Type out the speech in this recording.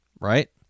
right